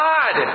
God